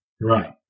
Right